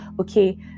okay